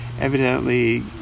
evidently